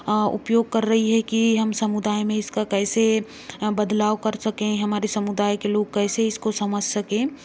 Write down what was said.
उपयोग कर रही है कि हम समुदाय में इसका कैसे बदलाव कर सकें हमारे समुदाय के लोग कैसे इसको समझ सकें